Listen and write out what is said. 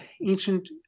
ancient